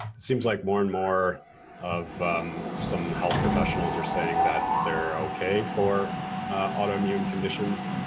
it seems like more and more of some health professionals are saying that they're okay for autoimmune conditions.